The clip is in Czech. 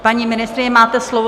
Paní ministryně, máte slovo.